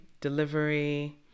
delivery